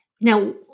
Now